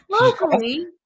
Locally